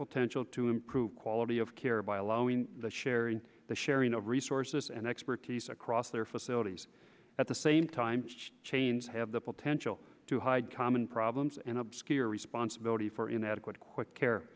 potential to improve quality of care by allowing the sharing the sharing of resources and expertise across their facilities at the same time chains have the potential to hide common problems and obscure responsibility for inadequate quick care